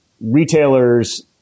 retailers